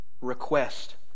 Request